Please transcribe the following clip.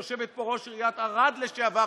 יושבת פה ראש עיריית ערד לשעבר,